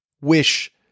wish